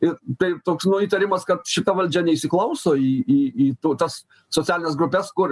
ir tai toks įtarimas kad šita valdžia neįsiklauso į į į tautas socialines grupes kur